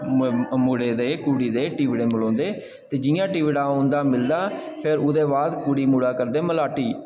मुड़े दे कुड़ी दे टिबड़े मलोंदे ते जि'यां टिबड़ा उं'दा मिलदा फिर ओह्दे बाद कुड़ी मुड़ा करदे मलाटी